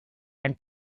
and